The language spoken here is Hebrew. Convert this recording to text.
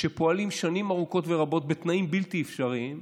שפועלים שנים ארוכות ורבות בתנאים בלתי אפשריים.